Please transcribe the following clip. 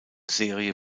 serie